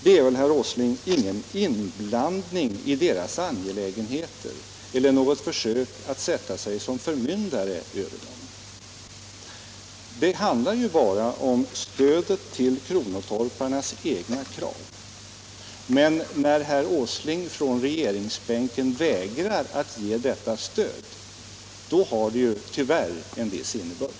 Det är väl, herr Åsling, inte någon inblandning i deras angelägenheter eller något försök att sätta sig som förmyndare över dem. Det handlar bara om stödet åt kronotorparnas egna krav. Men när herr Åsling från regeringsbänken vägrar att ge detta stöd har det tyvärr en viss innebörd.